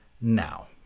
now